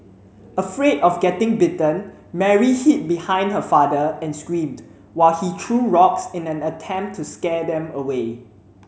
afraid of getting bitten Mary hid behind her father and screamed while he threw rocks in an attempt to scare them away